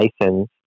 license